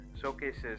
showcases